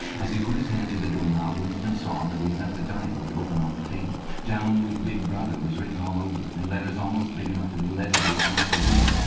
as he put his hand to the door-knob winston saw that he had left the diary open on the table. down with big brother was written all over it, in letters almost big enough to be legible across the room.